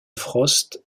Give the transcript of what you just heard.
frost